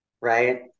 right